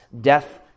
death